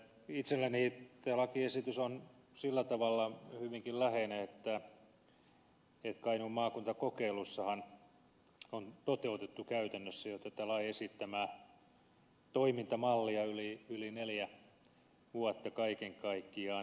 itselleni tämä lakiesitys on sillä tavalla hyvinkin läheinen että kainuun maakuntakokeilussahan on toteutettu käytännössä jo tätä lain esittämää toimintamallia yli neljä vuotta kaiken kaikkiaan